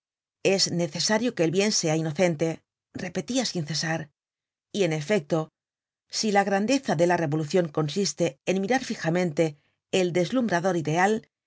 es necesario que el bien sea inocente repetia sin cesar y'en efecto si la grandeza de la revolucion consiste en mirar fijamente el deslumbrador ideal